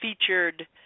featured